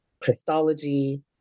Christology